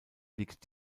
liegt